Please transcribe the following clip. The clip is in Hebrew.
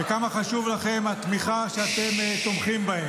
וכמה חשובה לכם התמיכה שאתם תומכים בהם.